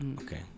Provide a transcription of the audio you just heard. Okay